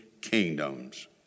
kingdoms